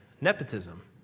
nepotism